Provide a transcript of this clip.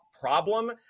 problem